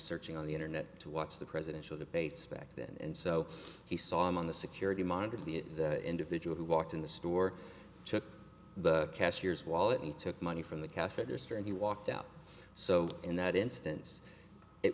searching on the internet to watch the presidential debates back then and so he saw him on the security monitor the individual who walked in the store took the cashier's wallet he took money from the catheter store and he walked out so in that instance it